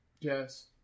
Yes